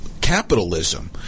capitalism